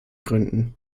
gründen